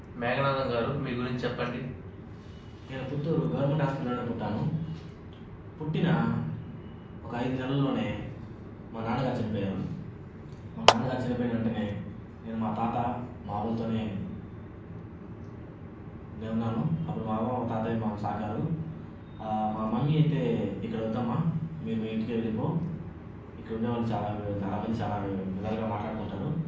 మేఘనాధం గారు మీ గురించి చెప్పండి నేను పుత్తూరు గవర్నమెంట్ హాస్పిటల్లోనే పుట్టాను పుట్టిన ఒక ఐదు నెలలోనే మా నాన్నగారు చనిపోయారు కానీ మా నాన్నగారు చనిపోయిన వెంటనే నేను మా తాత అవ్వతోనే నేను ఉన్నాను అప్పుడు మా అవ్వ తాతయ్య నన్ను సాకారు మా మమ్మీ అయితే ఇక్కడ వద్దమ్మా మీరు మీ ఇంటికి వెళ్ళిపో ఇక్కడ ఉండే వాళ్ళు చాలా చాలా మంది చాలా విధాలుగా మాట్లాడుకుంటారు